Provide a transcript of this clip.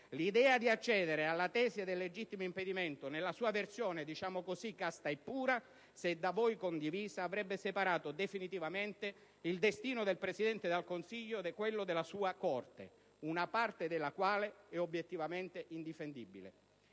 L'idea di accedere alla tesi del legittimo impedimento nella sua versione casta e pura (diciamo così), se da voi condivisa, avrebbe separato definitivamente il destino del Presidente del Consiglio da quello della sua corte, una parte della quale è obiettivamente indifendibile.